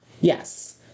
yes